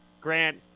Grant